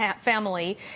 family